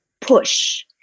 push